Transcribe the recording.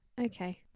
okay